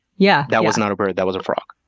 yeah. that was not a bird. that was a frog.